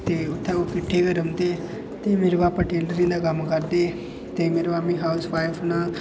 ते उत्थै ओह् किट्ठे गै रौंह्दे ते मेरे भापा टेलरिंग दा कम्म करदे ते मेरी मम्मी हाऊसवाइफ न